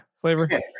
flavor